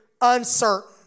uncertain